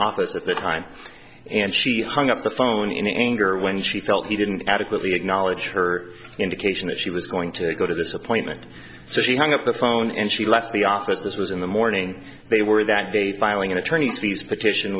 office at that time and she hung up the phone in anger when she felt he didn't adequately acknowledge her indication that she was going to go to this appointment so she hung up the phone and she left the office this was in the morning they were that day filing an attorney's fees petition